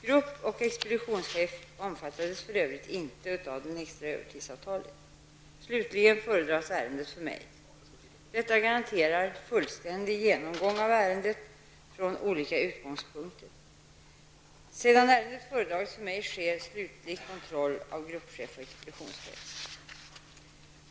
Grupp och expeditionschef omfattades för övrigt inte av det extra övertidsavtalet. Slutligen föredras ärendet för mig. Detta garanterar en fullständig genomgång av ärendet från olika utgångspunkter. Sedan ärendet föredragits för mig sker en slutlig kontroll av gruppchef och expeditionschef.